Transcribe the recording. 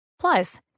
Plus